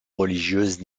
religieuse